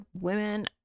women